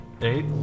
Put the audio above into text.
Eight